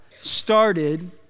started